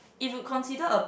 if you consider a